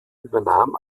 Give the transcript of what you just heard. übernahm